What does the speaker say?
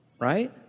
Right